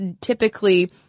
typically